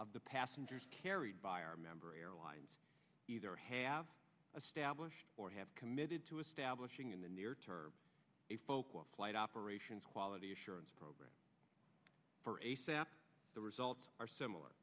of the passengers carried by our member airlines either have a stablished or have committed to establishing in the near term a focal flight operations quality assurance program for asap the results are similar